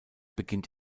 beginnt